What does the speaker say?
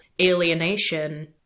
alienation